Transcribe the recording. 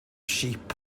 sheep